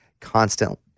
constant